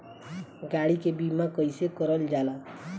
गाड़ी के बीमा कईसे करल जाला?